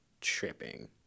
Tripping